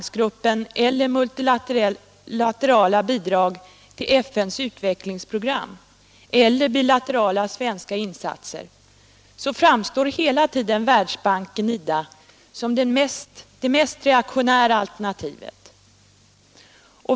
satser framstår hela tiden Världsbanken/IDA som det mest reaktionära alternativet.